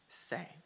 say